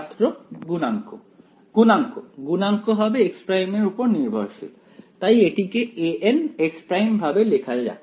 ছাত্র গুণাঙ্ক গুণাঙ্ক গুণাঙ্ক হবে x' এর উপর নির্ভরশীল তাই এটিকে anx′ ভাবে লেখা যাক